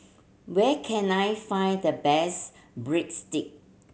where can I find the best Breadstick